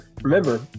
Remember